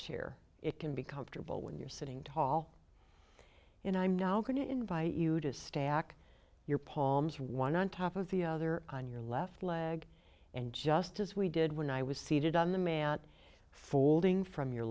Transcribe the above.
chair it can be comfortable when you're sitting tall and i'm now going to invite you to stack your paul one on top of the other on your left leg and just as we did when i was seated on the man folding from your